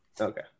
Okay